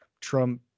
Trump